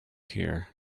here